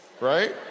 right